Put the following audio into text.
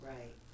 Right